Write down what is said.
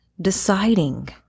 deciding